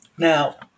Now